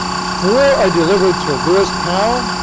four are delivered to lewis powell,